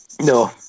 No